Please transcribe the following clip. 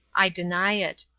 i deny it.